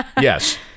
Yes